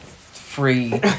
free